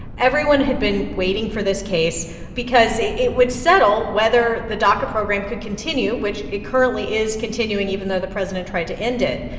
everyone had been waiting for this case because it it would settle whether the daca program could continue, which it currently is continuing even though the president tried to end it.